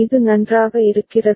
இது நன்றாக இருக்கிறதா